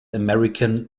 american